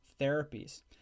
therapies